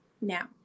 now